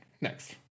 Next